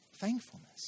Thankfulness